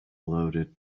loaded